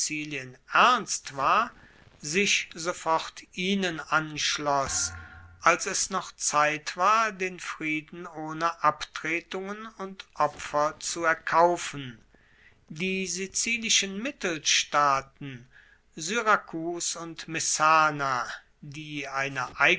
ernst war sich sofort ihnen anschloss als es noch zeit war den frieden ohne abtretungen und opfer zu erkaufen die sizilischen mittelstaaten syrakus und messana die eine